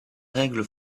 règle